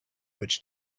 which